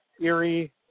Erie